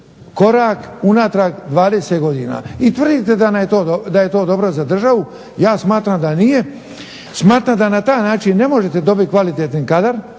korak unatrag 20 godina. I tvrdite da je to dobro za državu. Ja smatram da nije, smatram da na taj način ne možete dobiti kvalitetni kadar